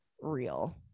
real